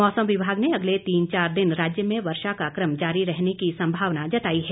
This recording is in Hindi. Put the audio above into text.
मौसम विभाग ने अगले तीन चार दिन राज्य में वर्षा का कम जारी रहने की संभावना जताई है